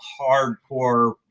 hardcore